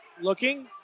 looking